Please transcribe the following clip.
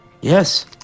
Yes